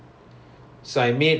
oh